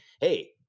hey